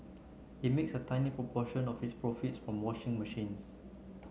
it makes a tiny proportion of its profits from washing machines